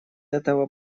этого